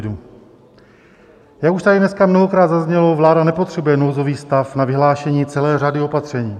Jak už tady dneska mnohokrát zaznělo, vláda nepotřebuje nouzový stav na vyhlášení celé řady opatření.